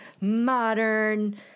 modern